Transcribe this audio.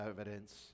evidence